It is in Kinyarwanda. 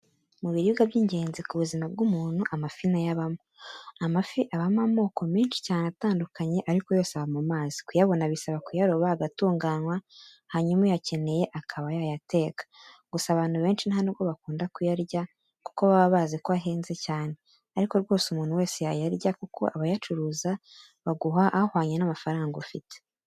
Mu biribwa by'ingenzi ku buzima bw'umuntu amafi na yo abamo. Amafi abamo amoko menshi cyane atandukanye ariko yose aba mu mazi, kuyabona bisaba kuyaroba agatunganwa hanyuma uyakeneye akaba yayateka. Gusa abantu benshi nta nubwo bakunda kuyarya kuko baba baziko ahenze cyane ariko rwose umuntu wese yayarya kuko abayacuruza baguha ahwanye n'amafaranga ufite.